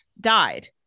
died